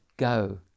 Go